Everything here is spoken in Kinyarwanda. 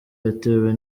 yatewe